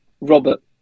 Robert